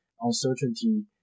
uncertainty